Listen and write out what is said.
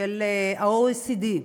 של ה-OECD,